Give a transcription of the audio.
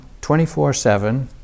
24-7